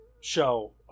show